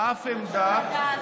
מאיפה אתה יודע?